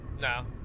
No